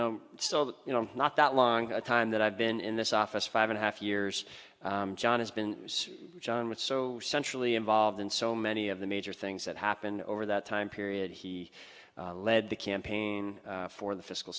know so that you know not that long a time that i've been in this office five and a half years john has been john with so centrally involved in so many of the major things that happened over that time period he led the campaign for the fiscal